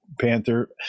Panther